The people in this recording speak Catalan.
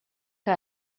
que